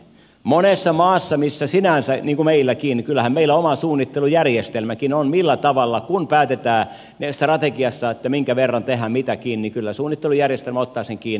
monessa maassa missä sinänsä niin kuin meilläkin on oma suunnittelujärjestelmäkin kun päätetään strategiasta minkä verran tehdään mitäkin kyllä suunnittelujärjestelmä ottaa sen kiinni